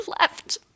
left